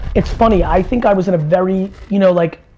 it's funny, i think i was in a very. you know like,